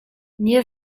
nie